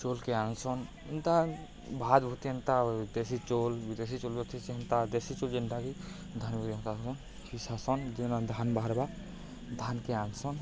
ଚାଉଲ୍କେ ଆଣ୍ସନ୍ ଏନ୍ତା ଭାତ୍ଭୁତି ଏନ୍ତା ଦେଶୀ ଚାଉଲ୍ ବିଦେଶୀ ଚାଉଲ୍ ବି ଥିସି ହେନ୍ତା ଦେଶୀ ଚାଉଲ୍ ଯେନ୍ତାକି ଧାନ୍ ବୁନା ହେସି କି ପିଶାସନ୍ ଦ ଧାନ୍ ବାହାର୍ବା ଧାନ୍କେ ଆନ୍ସନ୍